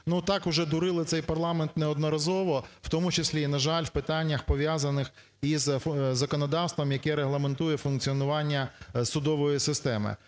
так уже дурили цей парламент неодноразово, в тому числі і, на жаль, в питаннях, пов'язаних із законодавством, яке регламентує функціонування судової системи.